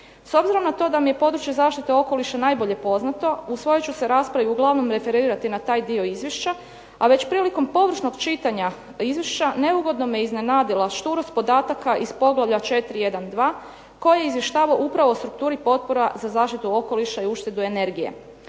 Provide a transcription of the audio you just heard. S obzirom na to da mi je područje zaštite okoliša najbolje poznato u svojoj ću se raspravi uglavnom referirati na taj dio Izvješća, a već prilikom površnog čitanja Izvješća neugodno me iznenadila šturost podataka iz poglavlja 4.1.2 koje izvještava upravo o strukturi potpora za zaštitu okoliša i uštedu energije.